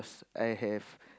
I have